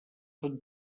són